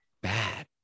bad